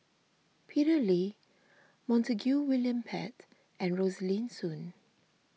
Peter Lee Montague William Pett and Rosaline Soon